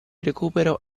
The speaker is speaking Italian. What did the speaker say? recupero